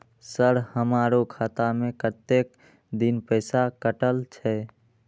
Sir हमारो खाता में कतेक दिन पैसा कटल छे?